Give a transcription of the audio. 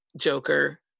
Joker